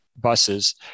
buses